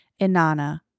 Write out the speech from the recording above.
Inanna